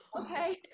okay